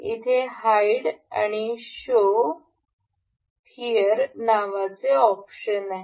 येथे हाईड आणि show here नावाचे ऑप्शन्स आहे